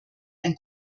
ein